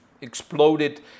exploded